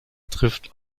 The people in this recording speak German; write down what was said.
trifft